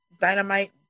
Dynamite